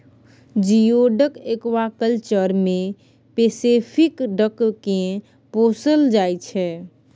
geoduck aquaculture मे Pacific duck केँ पोसल जाइ छै